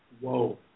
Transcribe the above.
Whoa